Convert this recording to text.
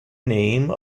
name